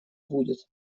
будет